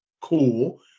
cool